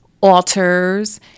altars